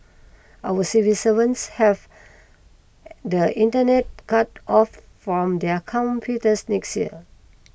our civil servants have the Internet cut off from their computers next year